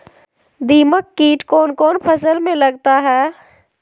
दीमक किट कौन कौन फसल में लगता है?